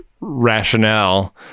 rationale